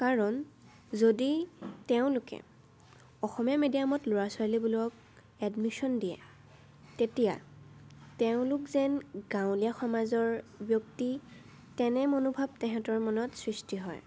কাৰণ যদি তেওঁলোকে অসমীয়া মিডিয়ামত ল'ৰা ছোৱালীবিলাকক এডমিশ্যন দিয়ে তেতিয়া তেওঁলোক যেন গাঁৱলীয়া সমাজৰ ব্যক্তি তেনে মনোভাৱ তেহঁতৰ মনত সৃষ্টি হয়